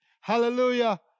Hallelujah